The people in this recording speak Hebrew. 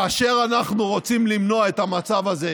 כאשר אנחנו רוצים למנוע את המצב הזה